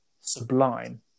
sublime